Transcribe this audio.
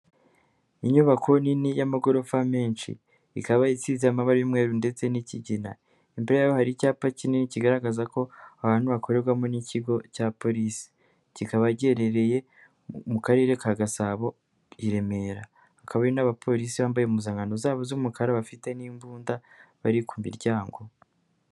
Inyubako nini y'amagorofa menshi, ikaba itsinze amaba y'umweru ndetse n'ikigina, imbereho hari icyapa kinini kigaragaza ko hantu hakorerwamo n'ikigo cya polisi, kikaba giherereye mu karere ka Gasabo i Remera, hakaba hari n'abapolisi bambaye impuzankano zabo z'umukara, bafite n'imbunda, bari ku miryango.